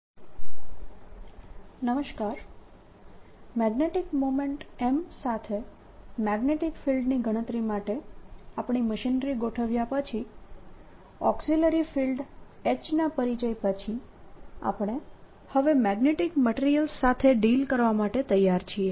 magnetic મટીરીયલ્સની હાજરીમાં મેગ્નેટનું મેગ્નેટીક ફિલ્ડ સોલ્વ કરવું મેગ્નેટીક મોમેન્ટ M સાથે મેગ્નેટીક ફિલ્ડની ગણતરી માટે આપણી મશીનરી ગોઠવ્યા પછી ઓક્સિલરી ફિલ્ડ H ના પરિચય પછી આપણે હવે મેગ્નેટીક મટીરીયલ્સ સાથે ડીલ કરવા માટે તૈયાર છીએ